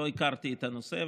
לא הכרתי את הנושא,